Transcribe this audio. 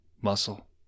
muscle